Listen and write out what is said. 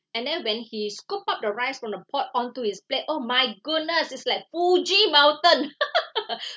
and then when he scooped up the rice from the pot onto his plate oh my goodness it's like fuji mountain